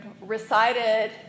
recited